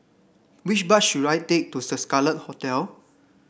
which bus should I take to The Scarlet Hotel